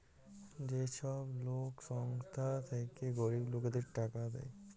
যে ছব গুলা সংস্থা থ্যাইকে গরিব লকদের টাকা দেয়